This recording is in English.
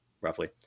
roughly